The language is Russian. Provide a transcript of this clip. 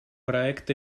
проект